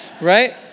right